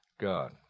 God